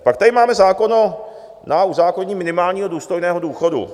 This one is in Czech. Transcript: Pak tady máme zákon na uzákonění minimálního důstojného důchodu.